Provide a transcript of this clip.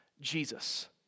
Jesus